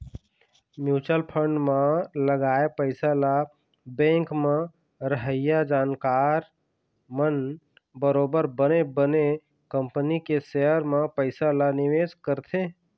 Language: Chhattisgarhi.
म्युचुअल फंड म लगाए पइसा ल बेंक म रहइया जानकार मन बरोबर बने बने कंपनी के सेयर म पइसा ल निवेश करथे